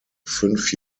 fünf